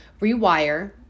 rewire